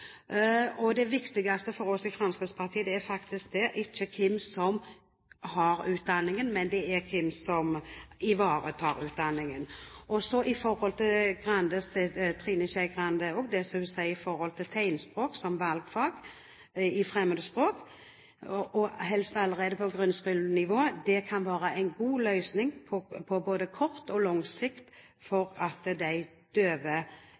Det viktigste for oss i Fremskrittspartiet er faktisk ikke hvem som har utdanningen, men hvem som ivaretar utdanningen. Når det gjelder det Trine Skei Grande sier om tegnspråk som valgfag i fremmedspråk, og helst allerede på grunnskolenivå, kan det være en god løsning på både kort og lang sikt